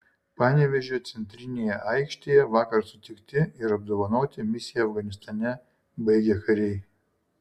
panevėžio centrinėje aikštėje vakar sutikti ir apdovanoti misiją afganistane baigę kariai